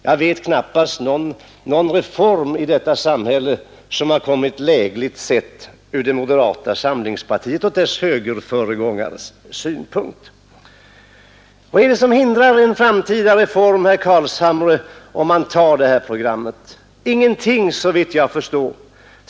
Jag vet knappast någon reform i detta samhälle som har kommit lägligt ur det moderata samlingspartiets och dess högerföregångares synpunkt. Vad är det som hindrar en framtida reform, herr Carlshamre, om man tar det här programmet? Ingenting, såvitt jag förstår.